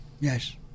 Yes